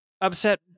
upset